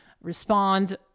respond